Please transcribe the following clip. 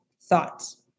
thoughts